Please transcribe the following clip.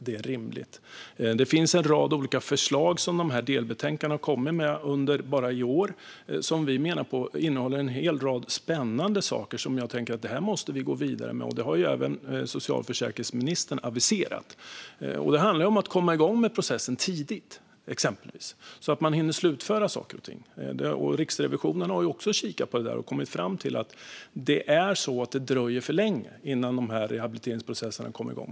Det har bara i år kommit en rad olika förslag i delbetänkandena, som, menar vi, innehåller en hel rad spännande saker som jag tänker att vi måste gå vidare med. Det har även socialförsäkringsministern aviserat. Det handlar exempelvis om att komma igång med processen tidigt så att man hinner slutföra saker och ting. Riksrevisionen har också kikat på detta och kommit fram till att det dröjer för länge innan rehabiliteringsprocesserna kommer igång.